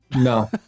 No